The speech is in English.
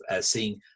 seeing